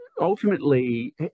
Ultimately